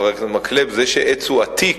חבר הכנסת מקלב: זה שעץ הוא עתיק,